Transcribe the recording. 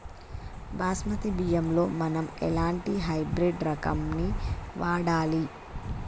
బాస్మతి బియ్యంలో మనం ఎలాంటి హైబ్రిడ్ రకం ని వాడాలి?